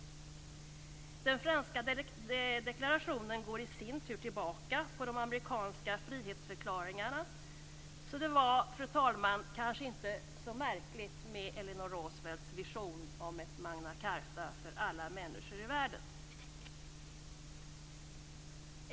Den franska deklarationen går i sin tur tillbaka på de amerikanska frihetsförklaringarna. Det var kanske inte så märkligt, fru talman, med Eleanor Roosevelts vision om ett magna charta för alla människor människor i världen.